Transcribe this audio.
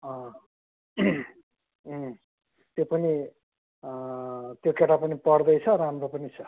अँ त्यो पनि त्यो केटा पनि पढ्दैछ राम्रो पनि छ